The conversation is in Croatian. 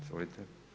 Izvolite.